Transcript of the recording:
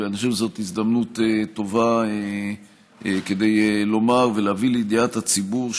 ואני חושב שזו הזדמנות טובה כדי לומר ולהביא לידיעת הציבור,